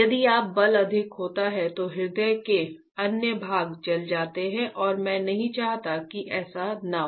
यदि बल अधिक होता तो हृदय के अन्य भाग जल जाते और मैं नहीं चाहता कि ऐसा न हो